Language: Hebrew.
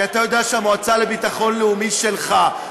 כי אתה יודע שהמועצה לביטחון לאומי שלך,